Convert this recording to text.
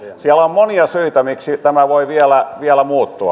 siellä on monia syitä miksi tämä voi vielä muuttua